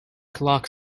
clock